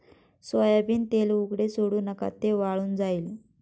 soybean तेल उघडे सोडू नका, ते वाळून जाईल